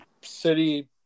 city